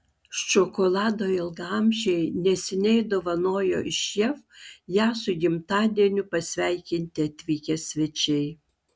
šokolado ilgaamžei neseniai dovanojo iš jav ją su gimtadieniu pasveikinti atvykę svečiai